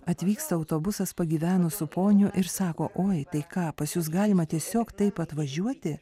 atvyksta autobusas pagyvenusių ponių ir sako oi tai ką pas jus galima tiesiog taip atvažiuoti